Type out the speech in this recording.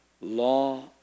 law